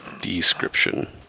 description